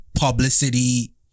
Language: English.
publicity